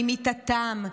ממיטתם,